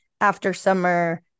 after-summer